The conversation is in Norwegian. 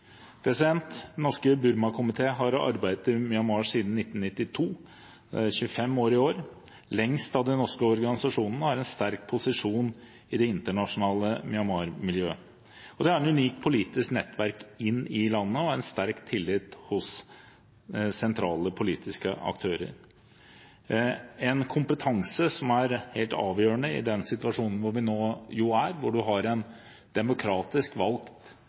Den norske Burmakomité har arbeidet i Myanmar siden 1992 – 25 år i år, lengst av de norske organisasjonene – og har en sterk posisjon i det internasjonale Myanmar-miljøet. Det er et unikt politisk nettverk inn i landet og har en sterk tillit hos sentrale politiske aktører, en kompetanse som er helt avgjørende i den situasjonen hvor vi nå er, hvor man har en demokratisk valgt